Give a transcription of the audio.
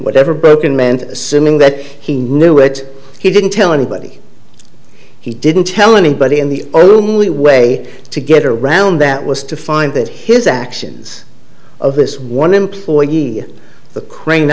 whatever broken meant assuming that he knew it he didn't tell anybody he didn't tell anybody in the only way to get around that was to find that his actions of this one employee